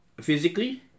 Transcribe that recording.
physically